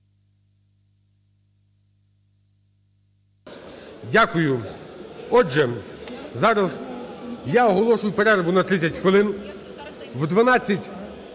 Дякую. Отже, зараз я оголошую перерву на 30 хвилин.